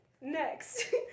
Next